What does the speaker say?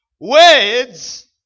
words